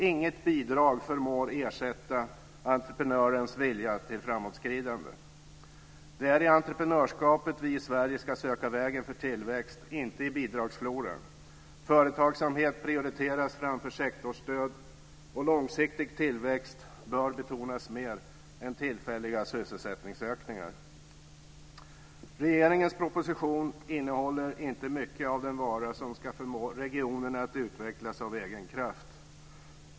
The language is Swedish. Inget bidrag förmår ersätta entreprenörens vilja till framåtskridande. Det är i entrepenörskapet vi i Sverige ska söka vägen för tillväxt och inte i bidragsfloran. Företagsamhet ska prioriteras framför sektorsstöd, och långsiktig tillväxt bör betonas mer är tillfälliga sysselsättningsökningar. Regeringens proposition innehåller inte mycket av den vara som ska förmå regionerna att utvecklas av egen kraft.